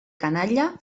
canalla